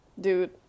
Dude